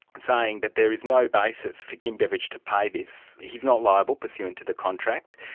and saying that there is no basis for kim beveridge to pay this, he's not liable, pursuant to the contract.